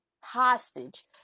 hostage